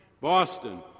Boston